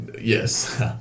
Yes